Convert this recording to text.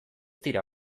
dira